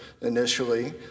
initially